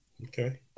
Okay